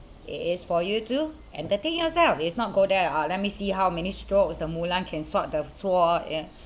it is for you to entertain yourself it's not go there uh let me see how many strokes the mulan can swipe the sword